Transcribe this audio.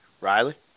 Riley